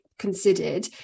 considered